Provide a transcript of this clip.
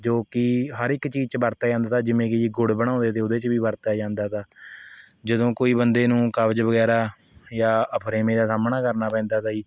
ਜੋ ਕਿ ਹਰ ਇੱਕ ਚੀਜ਼ 'ਚ ਵਰਤਿਆ ਜਾਂਦਾ ਤਾ ਜਿਵੇਂ ਕਿ ਜੀ ਗੁੜ ਬਣਾਉਂਦੇ ਤੇ ਉਹਦੇ 'ਚ ਵੀ ਵਰਤਿਆ ਜਾਂਦਾ ਤਾ ਜਦੋਂ ਕੋਈ ਬੰਦੇ ਨੂੰ ਕਬਜ਼ ਵਗੈਰਾ ਜਾਂ ਅਫਰੇਮੇ ਦਾ ਸਾਹਮਣਾ ਕਰਨਾ ਪੈਂਦਾ ਤਾ ਜੀ